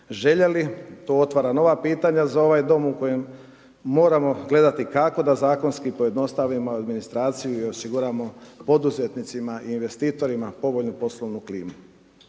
željeli. To otvara nova pitanja za ovaj dom u kojem moramo gledati kako da zakonski pojednostavimo administraciju i osiguramo poduzetnicima i investitorima povoljnu poslovnu klimu.